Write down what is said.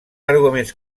arguments